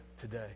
today